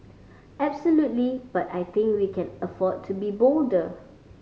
absolutely but I think we can afford to be bolder